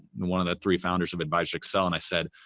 one of the three founders of advisors excel, and i said,